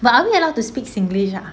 but are we allowed to speak singlish ah